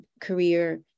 career